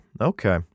Okay